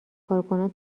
کارکنان